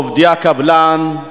לעובדי הקבלן,